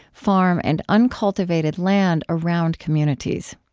farm, and uncultivated land around communities.